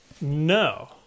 No